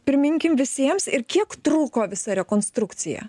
priminkim visiems ir kiek truko visa rekonstrukcija